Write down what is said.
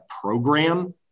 program